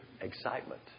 Excitement